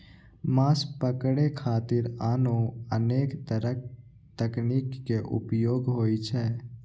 माछ पकड़े खातिर आनो अनेक तरक तकनीक के उपयोग होइ छै